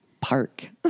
park